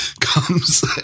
comes